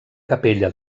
capella